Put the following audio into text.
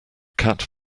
cat